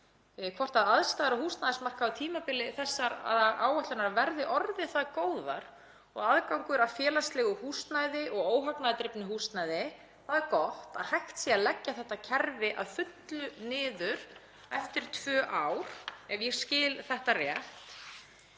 Eru aðstæður á húsnæðismarkaði á tímabili þessarar áætlunar orðnar það góðar og aðgangur að félagslegu húsnæði og óhagnaðardrifnu húsnæði? Það er gott að hægt sé að leggja þetta kerfi að fullu niður eftir tvö ár, ef ég skil þetta rétt.